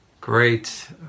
great